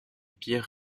pierres